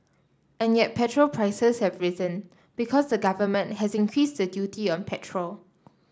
and yet petrol prices have risen because the government has increased the duty on petrol